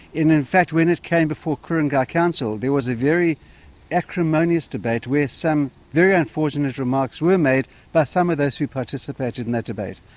in in fact when it came before ku-ring-gai council there was a very acrimonious debate where some very unfortunate remarks were made by some of those who participated in that debate.